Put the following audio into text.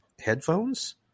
headphones